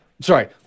Sorry